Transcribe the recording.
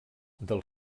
del